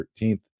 13th